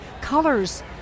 colors